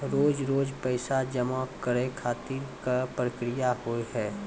रोज रोज पैसा जमा करे खातिर का प्रक्रिया होव हेय?